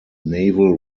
naval